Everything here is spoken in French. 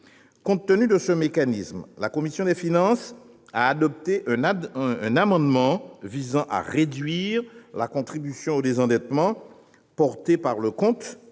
Compte tenu de ce mécanisme, la commission des finances a adopté un amendement visant à réduire la contribution au désendettement assurée par le compte,